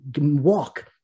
Walk